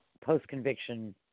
post-conviction